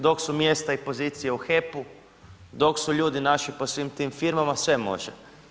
Dok su mjesta i pozicije u HEP-u, dok su ljudi naši po svim tim firmama, sve može.